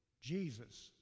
Jesus